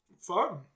Fun